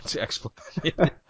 explanation